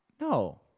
No